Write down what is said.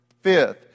Fifth